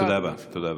תודה, אדוני היושב-ראש.